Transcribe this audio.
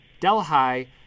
delhi